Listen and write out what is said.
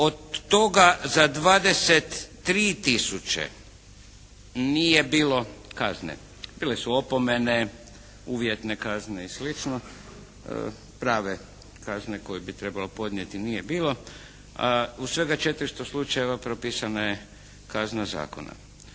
Od toga za 23000 nije bilo kazne. Bile su opomene, uvjetne kazne i slično. Prave kazne koje bi trebalo podnijeti nije bilo. U svega 400 slučajeva propisana je kazna zakona.